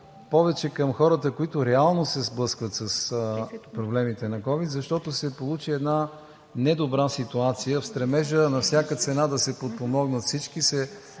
повече към хората, които реално се сблъскват с проблемите на ковид, защото се получи една недобра ситуация – в стремежа на всяка цена да се подпомогнат всички